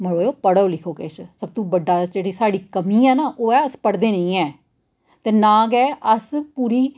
सब तूं मते साइंसदान न उं'दे अस केह् करा दे आं कक्ख निं उत्तर भारत आह्ले छड़े दिक्खने गी बैठे दे हे हां दुए दियां गल्लां अस करी लैन्ने होन्नें शैल करियै कम्म नेईं करदे आं